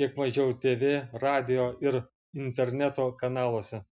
kiek mažiau tv radijo ir interneto kanaluose